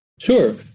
Sure